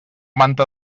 manta